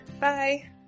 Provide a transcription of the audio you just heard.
bye